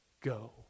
go